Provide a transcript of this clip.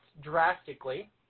drastically